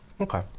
Okay